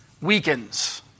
weakens